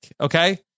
Okay